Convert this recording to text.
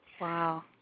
Wow